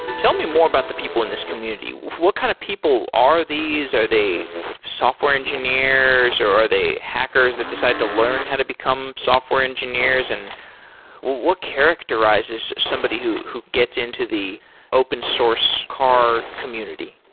tell me more about the people in this community. what kind of people are these? are they they software engineers, or are they hackers that decide to learn how to become software engineers? and what characterizes somebody who who gets into the open-source car community?